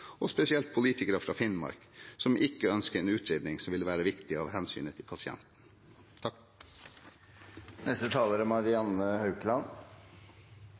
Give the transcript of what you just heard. og spesielt når det er politikere fra Finnmark – som ikke ønsker en utredning som vil være viktig av hensyn til pasienten.